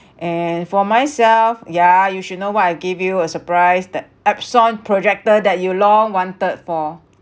and for myself yeah you should know what I give you a surprise that Epson projector that you long wanted for